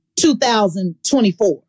2024